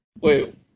Wait